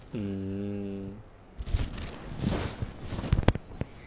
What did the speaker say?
mm